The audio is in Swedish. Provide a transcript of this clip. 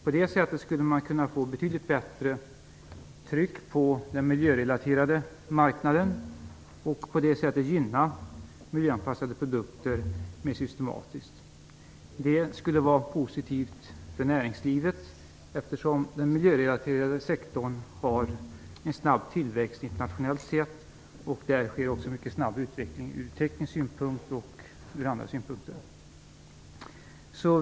På det sättet skulle man kunna få ett betydligt bättre tryck på den miljörelaterade marknaden och därigenom gynna miljöanpassade produkter mer systematisk. Det skulle vara positivt för näringslivet eftersom den miljörelaterade sektorn har en snabb tillväxt internationellt sett. Där sker också en mycket snabb utveckling ur teknisk synpunkt, och även ur andra synpunkter.